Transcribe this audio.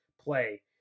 play